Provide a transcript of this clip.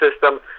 system